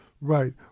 Right